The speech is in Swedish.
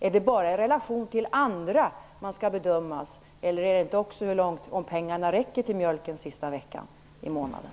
Är det bara i relation till andra man skall bedömas? Är det inte också viktigt att pengarna räcker till mjölken sista veckan i månaden?